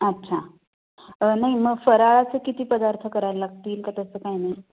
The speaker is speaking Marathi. अच्छा नाही मग फराळाचं किती पदार्थ करायला लागतील का तसं काय नाही